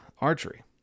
archery